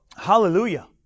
Hallelujah